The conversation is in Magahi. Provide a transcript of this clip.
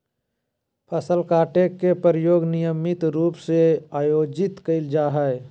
फसल काटे के प्रयोग नियमित रूप से आयोजित कइल जाय हइ